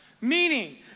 Meaning